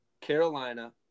Carolina